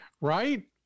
Right